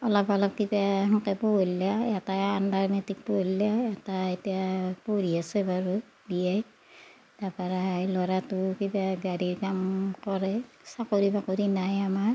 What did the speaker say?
অলপ অলপ কিবা সিহঁতে পঢ়িলে এটাই আণ্ডাৰ মেট্ৰিক পঢ়িলে এটা এতিয়া পঢ়ি আছে বাৰু বি এ তাৰ পৰা ল'ৰাটো কিবা গাড়ীৰ কাম কৰে চাকৰি বাকৰি নাই আমাৰ